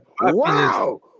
Wow